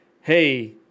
hey